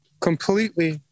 completely